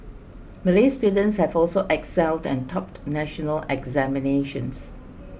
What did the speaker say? Malay students have also excelled and topped national examinations